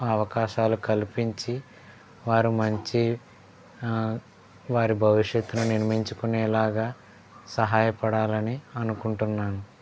అవకాశాలు కల్పించి వారు మంచి వారి భవిష్యత్తుని నిర్మించుకునేలాగా సహాయ పడాలని అనుకుంటున్నాను